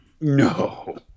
No